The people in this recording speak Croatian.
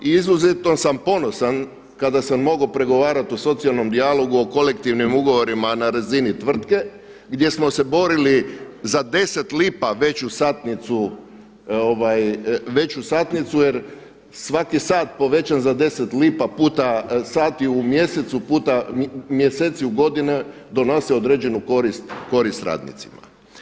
I izuzetno sam ponosan kada sam mogao pregovarati o socijalnom dijalogu o kolektivnim ugovorima, a na razini tvrtke gdje smo se borili za 10% veću satnicu, jer svaki sat povećan za 10 lipa puta sati u mjesecu, puta mjeseci u godini donose određenu korist radnicima.